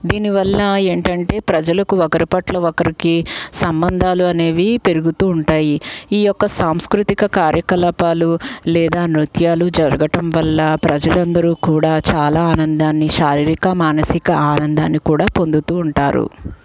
దీనివల్ల ఏంటంటే ప్రజలకు ఒకరిపట్ల ఒకరికి సంబంధాలు అనేవి పెరుగుతూ ఉంటాయి ఈ యొక్క సాంస్కృతిక కార్యకలాపాలు లేదా నృత్యాలు జరగటం వల్ల ప్రజలందరూ కూడా చాలా ఆనందాన్ని శారీరక మానసిక ఆనందాన్ని కూడా పొందుతూ ఉంటారు